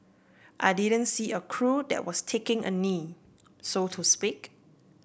I didn't see a crew that was taking a knee so to speak